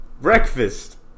Breakfast